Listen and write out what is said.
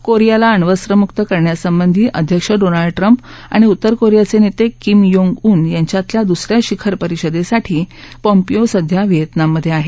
कोरियाला अण्वस्त्रमुक्त करण्यासंबंधी अध्यक्ष डोनाल्ड ट्रम्प आणि उत्तर कोरियाचे नेते किम योंग ऊन यांच्यातल्या दुस या शिखर परिषदेसाठी पॉम्पीयो सध्या व्हितिनाममधे आहेत